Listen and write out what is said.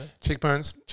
Cheekbones